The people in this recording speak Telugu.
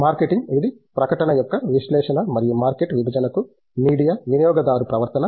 మార్కెటింగ్ ఇది ప్రకటన యొక్క విశ్లేషణ మరియు మార్కెట్ విభజనతో మీడియా వినియోగదారు ప్రవర్తన